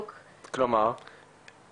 זה יותר בעניין של הפחדה.